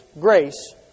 grace